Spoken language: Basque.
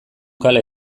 kale